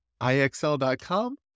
IXL.com